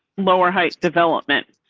lower height development,